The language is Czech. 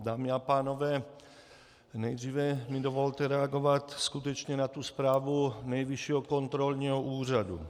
Dámy a pánové, nejdříve mi dovolte reagovat skutečně na zprávu Nejvyššího kontrolního úřadu.